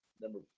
Number